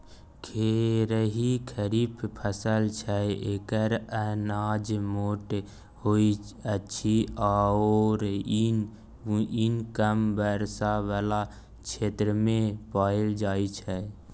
खेरही खरीफ फसल छै एकर अनाज मोट होइत अछि आओर ई कम वर्षा बला क्षेत्रमे पाएल जाइत छै